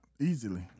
easily